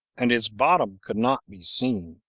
and its bottom could not be seen,